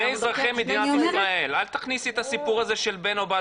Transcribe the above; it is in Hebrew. אל תכניסי את הסיפור הזה של בן או בת